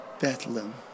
Bethlehem